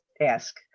ask